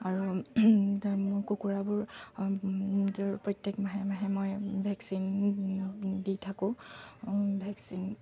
আৰু মই কুকুৰাবোৰ প্ৰত্যেক মাহে মাহে মই ভেকচিন দি থাকোঁ ভেকচিন